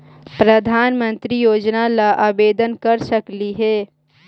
प्रधानमंत्री योजना ला आवेदन कर सकली हे?